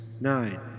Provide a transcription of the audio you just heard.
Nine